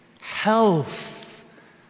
Health